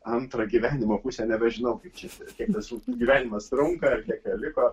antrą gyvenimo pusę nebežinau kiek jis kiek tas gyvenimas trunka ir kiek jo liko